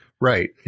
Right